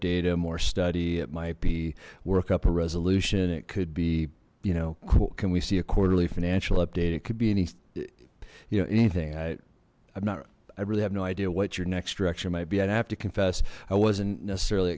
data more study it might be work up a resolution it could be you know can we see a quarterly financial update it could be any you know anything i i'm not i really have no idea what your next direction might be i'd have to confess i wasn't necessarily